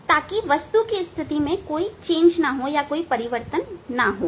ताकि वस्तु की स्थिति में कोई परिवर्तन ना हो